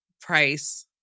price